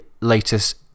latest